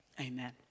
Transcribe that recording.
amen